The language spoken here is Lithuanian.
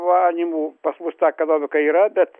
manymu pas mus ta ekonomika yra bet